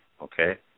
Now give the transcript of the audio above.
okay